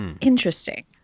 interesting